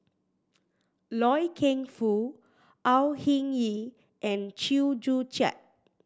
Loy Keng Foo Au Hing Yee and Chew Joo Chiat